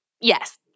yes